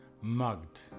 Mugged